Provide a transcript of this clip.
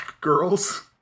girls